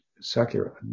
Sakura